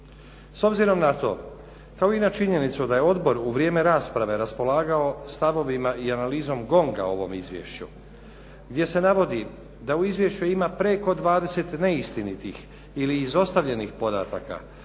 S obzirom na to kao i na činjenicu da je odbor u vrijeme rasprave raspolagao stavovima i analizom GONG-a u ovom izvješću gdje se navodi da u izvješću ima preko 20 neistinitih ili izostavljenih podataka